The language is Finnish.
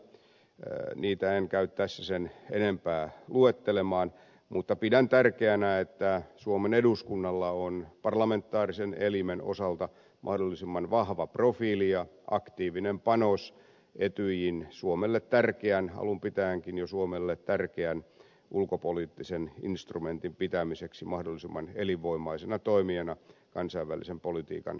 niitä en käy tässä sen enempää luettelemaan mutta pidän tärkeänä että suomen eduskunnalla on parlamentaarisen elimen osalta mahdollisimman vahva profiili ja aktiivinen panos etyjin suomelle jo alun pitäenkin tärkeän ulkopoliittisen instrumentin pitämiseksi mahdollisimman elinvoimaisena toimijana kansainvälisen politiikan yhteisölle